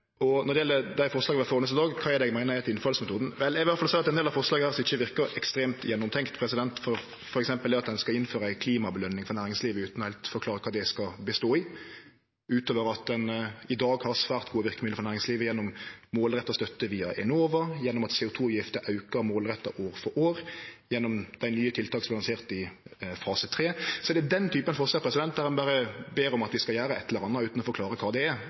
viktig. Når det gjeld dei forslaga vi har føre oss i dag, og kva det er eg meiner er etter innfallsmetoden: Vel, eg vil i alle fall seie at ein del av forslaga ikkje verkar ekstremt gjennomtenkte, f.eks. at ein vil innføre ei klimapåskjøning for næringslivet utan heilt å forklare kva det skal bestå i, utover at ein i dag har svært gode verkemiddel for næringslivet gjennom målretta støtte via Enova, gjennom at CO 2 -avgifta aukar målretta år for år, og gjennom dei nye tiltaka som vart lansert i fase 3. Den typen forslag der ein berre ber om at vi skal gjere eit eller anna utan å forklare kva det er,